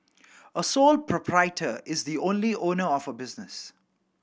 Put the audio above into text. a sole proprietor is the only owner of a business